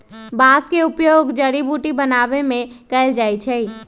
बांस का उपयोग जड़ी बुट्टी बनाबे में कएल जाइ छइ